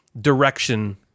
direction